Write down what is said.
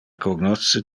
cognosce